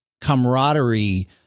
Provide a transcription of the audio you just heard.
camaraderie